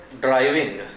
driving